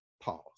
Pause